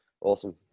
Awesome